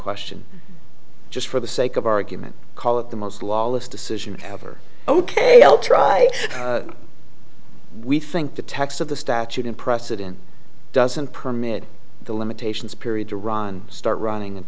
question just for the sake of argument call it the most lawless decision ever ok i'll try we think the text of the statute in precedent doesn't permit the limitations period to run start running and